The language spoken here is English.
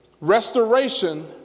restoration